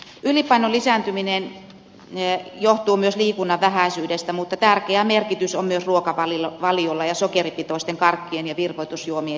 ylipainon lisääntyminen johtuu myös liikunnan vähäisyydestä mutta tärkeä merkitys on myös ruokavaliolla ja sokeripitoisten karkkien ja virvoitusjuomien lisääntyvällä käytöllä